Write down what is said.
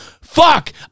Fuck